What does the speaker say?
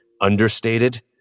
understated